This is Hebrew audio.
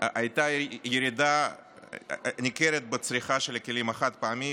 הייתה ירידה ניכרת בצריכה של הכלים החד-פעמיים,